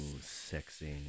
sexy